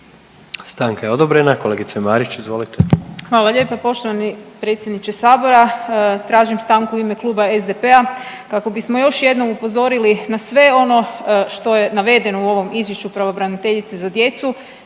Stanka je odobrena. Kolegice Marić izvolite. **Marić, Andreja (SDP)** Hvala lijepa poštovani predsjedniče sabora. Tražim stanku u ime Kluba SDP-a kako bismo još jednom upozorili na sve ono što je navedeno u ovom izvješću pravobraniteljice za djecu,